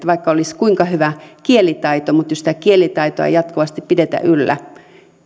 vaikka olisi kuinka hyvä kielitaito mutta jos sitä kielitaitoa ei jatkuvasti pidetä yllä